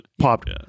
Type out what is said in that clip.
popped